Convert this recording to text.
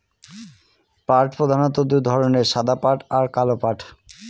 পাট প্রধানত দু ধরনের সাদা পাট আর কালো পাট